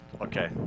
okay